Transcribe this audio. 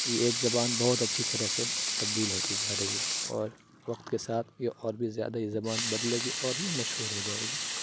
یہ ایک زبان بہت اچھی طرح سے تبدیل ہوتی جا رہی ہے اور وقت کے ساتھ یہ اور بھی زیادہ یہ زبان بدلے گی اور یہ مشہور ہو جائے گی